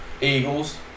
Eagles